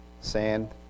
sand